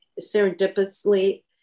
serendipitously